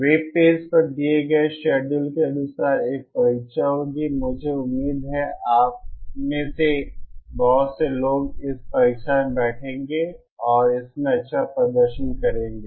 web page पर दिए गए शेड्यूल के अनुसार एक परीक्षा होगी मुझे उम्मीद है कि आप में से बहुत से लोग इस परीक्षा में बैठेंगे और इसमें अच्छा प्रदर्शन करेंगे